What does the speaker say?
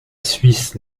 suisse